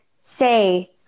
say